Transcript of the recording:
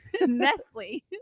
Nestle